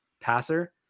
passer